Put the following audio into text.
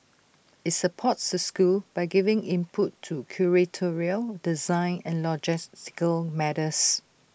IT supports the schools by giving input in curatorial design and logistical matters